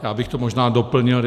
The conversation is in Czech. Já bych to možná doplnil.